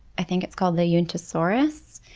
i think it's called the eunotosaurus.